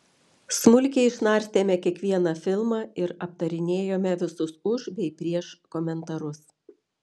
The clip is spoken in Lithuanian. smulkiai išnarstėme kiekvieną filmą ir aptarinėjome visus už bei prieš komentarus